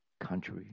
country